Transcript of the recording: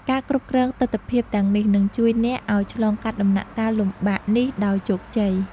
ការគ្រប់គ្រងទិដ្ឋភាពទាំងនេះនឹងជួយអ្នកឱ្យឆ្លងកាត់ដំណាក់កាលលំបាកនេះដោយជោគជ័យ។